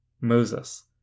Moses